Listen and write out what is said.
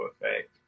effect